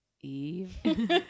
Eve